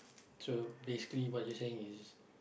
so basically what you're saying is